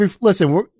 Listen